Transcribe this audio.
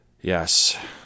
Yes